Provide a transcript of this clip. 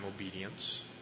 obedience